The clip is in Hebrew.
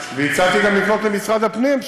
והצעתי גם לפנות למשרד הפנים,